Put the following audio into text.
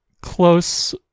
close